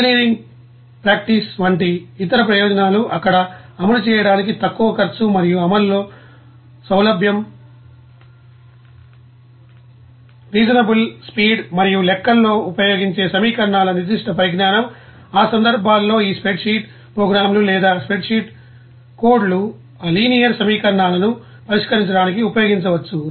engineering practice వంటి ఇతర ప్రయోజనాలు అక్కడ అమలు చేయడానికి తక్కువ ఖర్చు మరియు అమలులో సౌలభ్యం రీసన్అబుల్ స్పీడ్ మరియు లెక్కల్లో ఉపయోగించే సమీకరణాల నిర్దిష్ట పరిజ్ఞానం ఆ సందర్భాలలో ఈ స్ప్రెడ్షీట్ ప్రోగ్రామ్లు లేదా స్ప్రెడ్షీట్ కోడ్లు ఆ లీనియర్ సమీకరణాలను పరిష్కరించడానికి ఉపయోగించవచ్చు